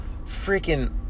freaking